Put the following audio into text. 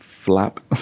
flap